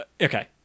Okay